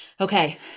Okay